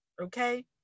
Okay